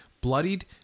bloodied